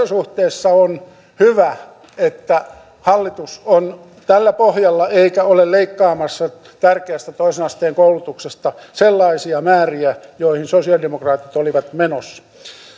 suhteessa on hyvä että hallitus on tällä pohjalla eikä ole leikkaamassa tärkeästä toisen asteen koulutuksesta sellaisia määriä joihin sosialidemokraatit olivat menossa